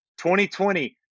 2020